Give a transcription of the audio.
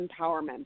empowerment